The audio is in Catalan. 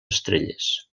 estrelles